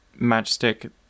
Matchstick